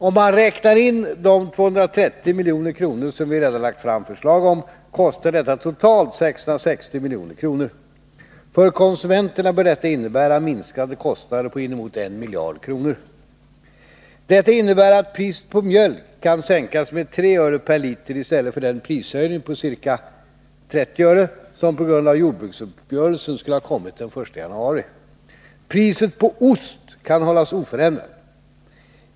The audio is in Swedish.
Om man räknar in de 230 milj.kr. som vi redan lagt fram förslag om, kostar detta totalt 660 milj.kr. För konsumenterna bör detta innebära minskade kostnader på inemot 1 miljard kronor. Detta innebär att priset på mjölk kan sänkas med 3 öre per liter i stället för den prishöjning på ca 30 öre som på grund av jordbruksuppgörelsen skulle ha kommit den 1 januari. Priset på ost kan hållas oförändrat.